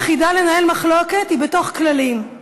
הדרך היחידה לנהל מחלוקת היא בתוך כללים,